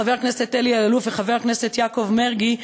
חבר הכנסת אלי אלאלוף וחבר הכנסת יעקב מרגי,